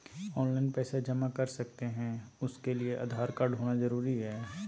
Online पैसा जमा कर सकते हैं उसके लिए आधार कार्ड होना जरूरी है?